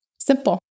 Simple